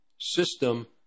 System